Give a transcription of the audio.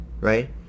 right